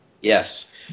Yes